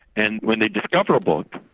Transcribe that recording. and when they discover a book,